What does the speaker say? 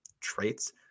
traits